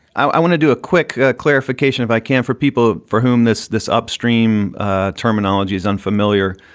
i want to do a quick clarification, if i can, for people for whom this this upstream ah terminology is unfamiliar.